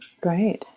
great